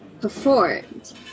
performed